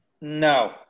No